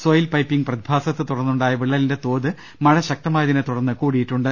soil piping പ്രതിഭാസത്തെത്തുടർന്നുണ്ടായ വിള്ളലിന്റെ തോത് മഴ ശക്തമായതിനെത്തുടർന്ന് കൂടിയിട്ടുണ്ട്